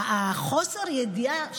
חוסר הידיעה,